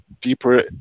deeper